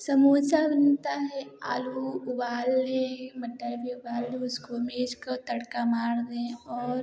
समोसा बनता है आलू उबाल लें मटर भी उबाल लें उसको मेजकर तड़का मार दें और